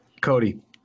Cody